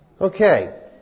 Okay